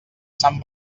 sant